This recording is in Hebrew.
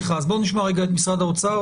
את משרד האוצר,